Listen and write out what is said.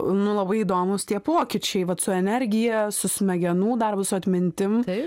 nu labai įdomūs tie pokyčiai vat su energija su smegenų darbu su atmintim